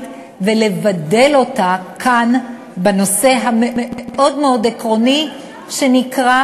ולבדל אותה כאן בנושא המאוד-מאוד עקרוני שנקרא,